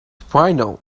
final